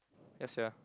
ya sia